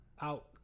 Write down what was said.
out